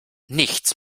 nichts